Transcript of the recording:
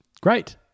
Great